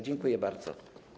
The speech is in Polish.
Dziękuję bardzo.